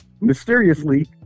mysteriously